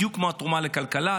בדיוק כמו התרומה לכלכלה,